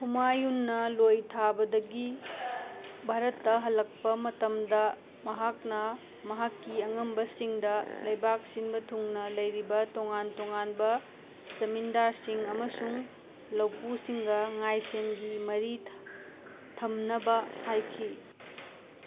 ꯍꯨꯃꯥꯌꯨꯟꯅ ꯂꯣꯏ ꯊꯥꯕꯗꯒꯤ ꯚꯥꯔꯠꯇ ꯍꯜꯂꯛꯄ ꯃꯇꯝꯗ ꯃꯍꯥꯛꯅ ꯃꯍꯥꯛꯀꯤ ꯑꯉꯝꯕꯁꯤꯡꯗ ꯂꯩꯕꯥꯛ ꯁꯤꯟꯕ ꯊꯨꯡꯅ ꯂꯩꯔꯤꯕ ꯇꯣꯉꯥꯟ ꯇꯣꯉꯥꯟꯕ ꯖꯃꯤꯟꯗꯥꯔꯁꯤꯡ ꯑꯃꯁꯨꯡ ꯂꯧꯄꯨꯁꯤꯡꯒ ꯉꯥꯏ ꯁꯦꯟꯒꯤ ꯃꯔꯤ ꯊ ꯊꯝꯅꯕ ꯍꯥꯏꯈꯤ